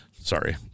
Sorry